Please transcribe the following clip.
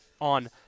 on